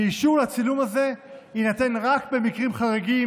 אישור לצילום הזה יינתן רק במקרים חריגים